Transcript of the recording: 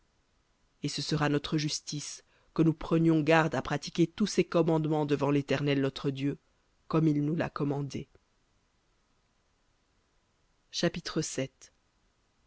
et ce sera notre justice que nous prenions garde à pratiquer tous ces commandements devant l'éternel notre dieu comme il nous l'a commandé